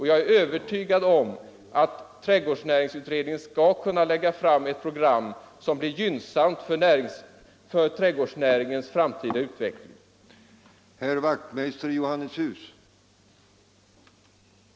Jag är övertygad om att trädgårdsnäringsutredningen skall kunna lägga fram ett program, som blir gynnsamt för trädgårdsnäringens framtida utveck = Nr 87